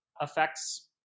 affects